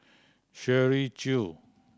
Shirley Chew